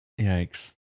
yikes